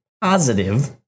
positive